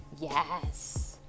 Yes